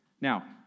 Now